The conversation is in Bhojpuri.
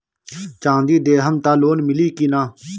चाँदी देहम त लोन मिली की ना?